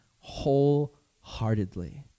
wholeheartedly